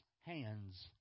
hands